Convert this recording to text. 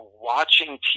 watching